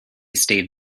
stayed